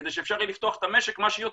כדי שאפשר יהיה לפתוח את המשק מה שיותר.